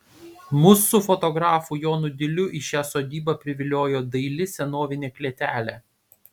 mus su fotografu jonu diliu į šią sodybą priviliojo daili senovinė klėtelė